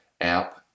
app